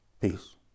Peace